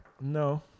No